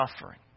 suffering